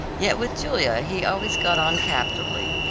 yet with julia he always got on capitally,